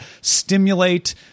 stimulate